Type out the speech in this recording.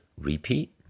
repeat